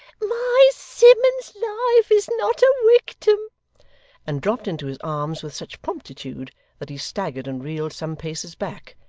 my simmuns's life is not a wictim and dropped into his arms with such promptitude that he staggered and reeled some paces back,